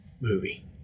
movie